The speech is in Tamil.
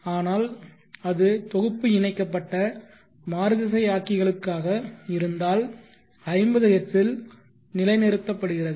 ஆனால் அது தொகுப்பு இணைக்கப்பட்ட மாறுதிசையாக்கி ர்களுக்காக இருந்தால் 50 ஹெர்ட்ஸில் நிலை நிறுத்தப்படுகிறது